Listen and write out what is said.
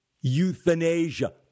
euthanasia